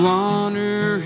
honor